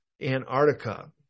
Antarctica